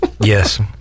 Yes